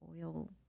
oil